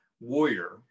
Warrior